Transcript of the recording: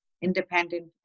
independent